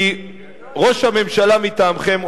כי ראש הממשלה מטעמכם,